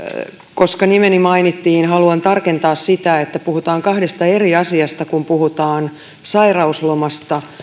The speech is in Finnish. koska nimeni mainittiin haluan tarkentaa sitä että puhutaan kahdesta eri asiasta kun puhutaan sairauslomasta